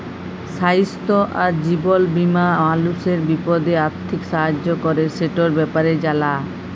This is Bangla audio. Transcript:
স্বাইস্থ্য আর জীবল বীমা মালুসের বিপদে আথ্থিক সাহায্য ক্যরে, সেটর ব্যাপারে জালা